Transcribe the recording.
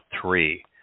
three